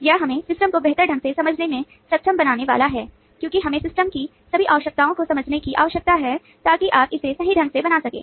यह हमें सिस्टम को बेहतर ढंग से समझने में सक्षम बनाने वाला है क्योंकि हमें सिस्टम की सभी आवश्यकताओं को समझने की आवश्यकता है ताकि आप इसे सही ढंग से बना सकें